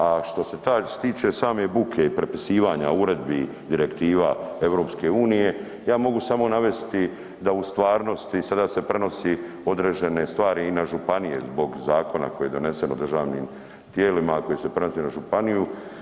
A što se tiče same buke i prepisivanja uredbi, direktiva EU, ja mogu samo navesti da u stvarnosti sada se prenosi određene stvari i na županije zbog zakona koji je donesen u državnim tijelima, a koji se prenose na županiju.